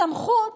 הסמכות